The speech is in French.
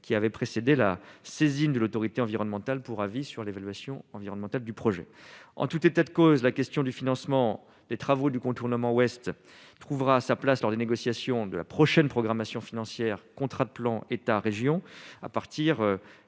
qui avait précédé la saisine de l'autorité environnementale pour avis sur l'évaluation environnementale du projet en tout état de cause, la question du financement, les travaux du contournement ouest trouvera sa place lors des négociations de la prochaine programmation financière contrat de plan État à partir